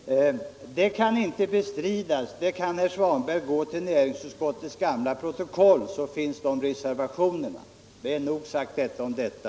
Det kan inte bestridas. Herr Svanberg kan gå till näringsutskottets gamla betänkanden och kontrollera det. —- Nog sagt om detta.